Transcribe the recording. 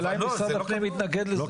השאלה היא האם משרד הפנים מתנגד לזה.